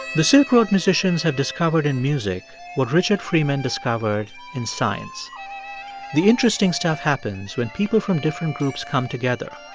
the silk road musicians have discovered in music what richard freeman discovered in science the interesting stuff happens when people from different groups come together,